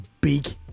big